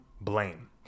blame